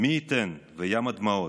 מי ייתן וים הדמעות,